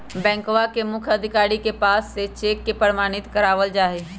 बैंकवा के मुख्य अधिकारी के पास से चेक के प्रमाणित करवावल जाहई